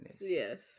Yes